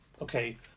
okay